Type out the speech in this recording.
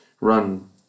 run